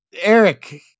Eric